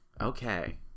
Okay